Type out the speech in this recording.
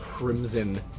Crimson